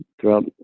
throughout